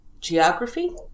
geography